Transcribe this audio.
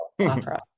opera